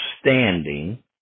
standing